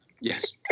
Yes